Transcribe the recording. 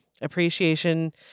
Appreciation